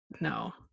no